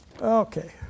Okay